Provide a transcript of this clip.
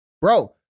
bro